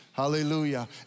Hallelujah